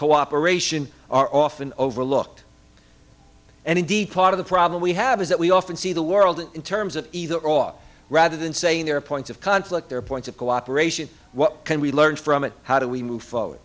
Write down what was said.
cooperation are often overlooked and indeed part of the problem we have is that we often see the world in terms of either off rather than saying there are points of conflict there are points of cooperation what can we learn from it how do we move forward